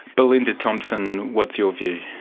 belinda thompson, what's your view?